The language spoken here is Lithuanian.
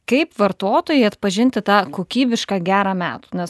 kaip vartotojui atpažinti tą kokybišką gerą medų nes